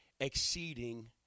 exceeding